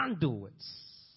conduits